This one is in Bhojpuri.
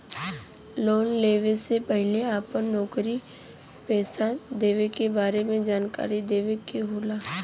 लोन लेवे से पहिले अपना नौकरी पेसा के बारे मे जानकारी देवे के होला?